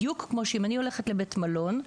בדיוק כמו שאם אני הולכת לבית מלון,